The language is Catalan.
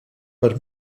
per